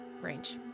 range